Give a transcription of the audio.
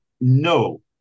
no